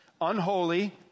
unholy